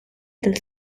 del